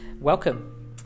Welcome